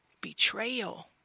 Betrayal